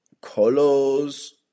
colors